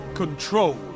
Control